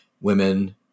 women